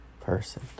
person